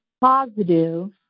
positive